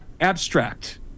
abstract